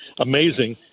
amazing